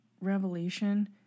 revelation